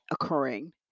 occurring